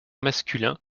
masculin